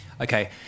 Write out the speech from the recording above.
Okay